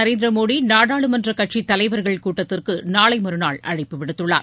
நரேந்திர மோடி நாடாளுமன்ற கட்சித்தலைவர்கள் கூட்டத்திற்கு நாளை மறநாள் அழைப்பு விடுத்துள்ளார்